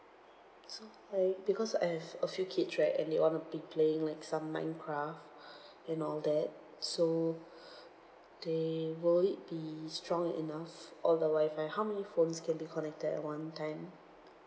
so I because I have a few kids right and they all be playing like some minecraft and all that so they will it be strong enough all the wifi how many phones can be connected at one time